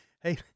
hey